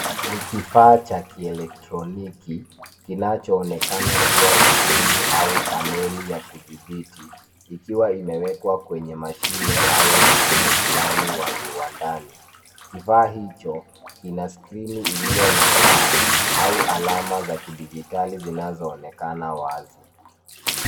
Ni kifaa cha kielektroniki kinachoonekana kuwa skrini au paneli ya kudhibiti, ikiwa imewekwa kwenye mashine au mfumo fulani wa viwandani. Kifaa hicho kina skrini iliyo na taa au alama za kidijitali zinazoonekana wazi.